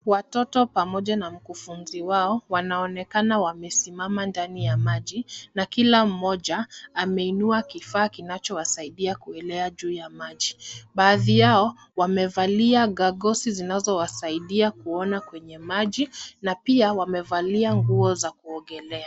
Watoto pamoja na mkufunzi wao wanaonekana wamesimama ndani ya maji na kila mmoja ameinua kifaa kinacho wasaidia kuelea juu ya maji. Baadhi yao wamevalia [cs ] gagolsi [cs ] zinazo wasaidia kuona kwenye maji na pia wamevalia nguo za kuogelea.